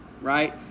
right